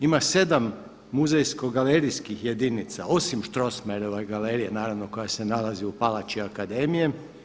Ima 7 muzejsko galerijskih jedinica osim Strossmayerova galerija naravno koja se nalazi u palači Akademije.